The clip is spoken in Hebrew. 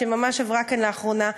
שממש עברה כאן לאחרונה.